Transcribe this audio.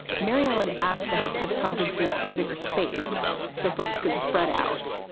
mary-ellen asked to have press conferences in a bigger space so folks could spread out.